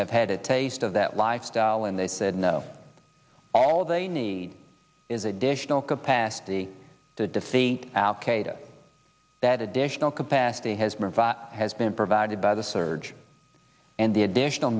have had a taste of that lifestyle and they said no all they need is additional capacity to defeat al qaeda that additional capacity has been has been provided by the surge and the additional